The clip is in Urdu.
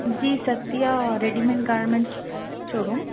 G Satya readymade garments show room